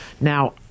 Now